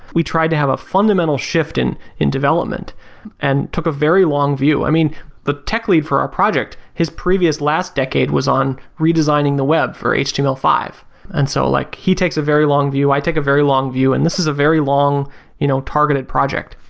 we try to have a fundamental shift in in development and took a very long view. i mean the tech lead for our project, his previous last decade was on redesigning the web for html five and so like he takes a very long view, i take a very long view, and this is a very long you know targeted project.